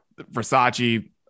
Versace